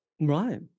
Right